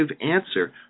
answer